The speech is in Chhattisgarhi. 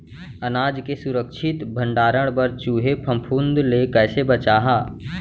अनाज के सुरक्षित भण्डारण बर चूहे, फफूंद ले कैसे बचाहा?